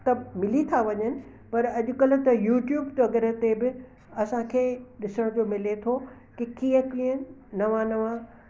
त मिली था वञनि पर अॼुकल्ह त यूट्यूब वग़ैरह ते बि असांखे ॾिसणु पियो मिले थो की कीअं कीअं नवां नवां